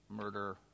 murder